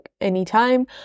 anytime